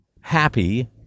happy